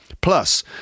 Plus